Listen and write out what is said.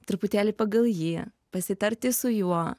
truputėlį pagal jį pasitarti su juo